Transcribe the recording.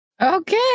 Okay